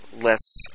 less